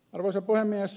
arvoisa puhemies